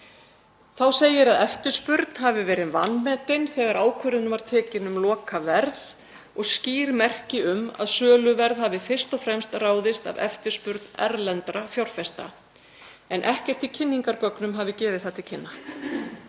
Þá segir að eftirspurn hafi verið vanmetin þegar ákvörðun var tekin um lokaverð og skýr merki um að söluverð hafi fyrst og fremst ráðist af eftirspurn erlendra fjárfesta en ekkert í kynningargögnum hafi gefið það til kynna.